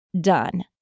done